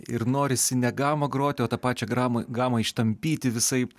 ir norisi ne gamą groti o tą pačią gramą gamą ištampyti visaip